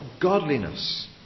godliness